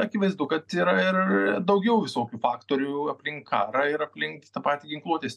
akivaizdu kad yra ir daugiau visokių faktorių aplink karą ir aplink tą patį ginkluotės